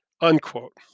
unquote